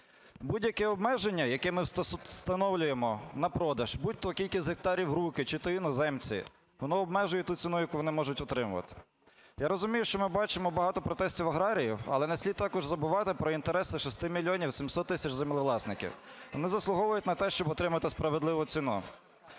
Будь-яке обмеження, яке ми встановлюємо на продаж, будь-то кількість гектарів в руки чи то іноземці, воно обмежує ту ціну, яку вони можуть отримувати. Я розумію, що ми бачимо багато протестів аграріїв, але не слід також забувати про інтереси 6 мільйонів 700 тисяч землевласників, вони заслуговують на те, щоб отримати справедливу ціну.